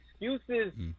excuses